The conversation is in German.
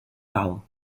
bau